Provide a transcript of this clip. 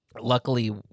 luckily